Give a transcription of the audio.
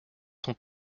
sont